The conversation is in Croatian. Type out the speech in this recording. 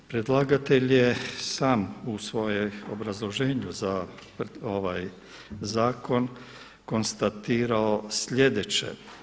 Predlagatelj je sam u svojem obrazloženju za ovaj zakon konstatirao sljedeće.